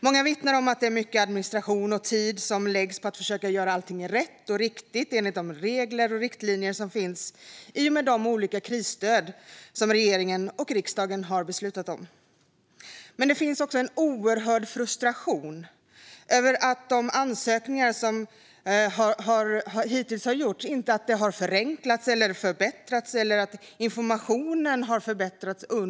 Många vittnar om att det är mycket administration och tid som läggs på att försöka göra allt rätt och riktigt enligt de regler och riktlinjer som finns för de olika krisstöd som regeringen och riksdagen har beslutat om. Men det finns också en oerhörd frustration över att ansökningarna inte har förenklats eller att informationen har förbättrats.